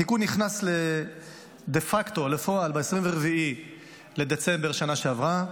התיקון נכנס דה פקטו לפועל ב-24 בדצמבר בשנה שעברה בחנויות,